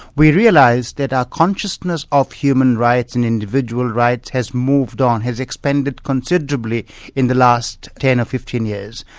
we realised that our consciousness of human rights and individual rights has moved on, has expanded considerably in the last ten or fifteen years.